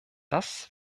das